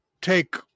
take